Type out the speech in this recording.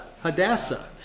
Hadassah